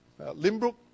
Limbrook